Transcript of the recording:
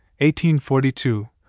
1842